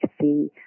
see